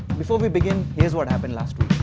before we begin here's what happened last week.